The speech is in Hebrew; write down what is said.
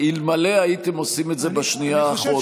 אלמלא הייתם עושים את זה בשנייה האחרונה.